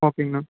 ஓகேங்கண்ணா